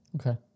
Okay